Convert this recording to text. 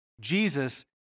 Jesus